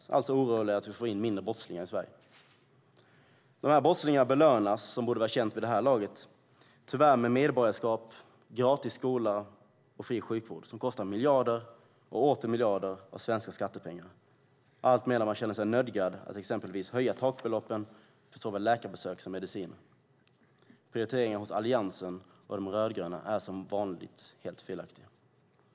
De är alltså oroliga över att vi får färre brottslingar i Sverige. Dessa brottslingar belönas, vilket borde vara känt vid det här laget, tyvärr med medborgarskap, gratis skola och fri sjukvård som kostar miljarder och åter miljarder av svenska skattepengar, alltmedan man känner sig nödgad att exempelvis höja takbeloppen för såväl läkarbesök som mediciner. Prioriteringarna hos Alliansen och de rödgröna är som vanligt helt felaktiga.